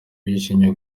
yishimiye